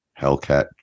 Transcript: Hellcat